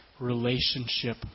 relationship